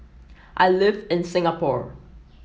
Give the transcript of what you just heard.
I live in Singapore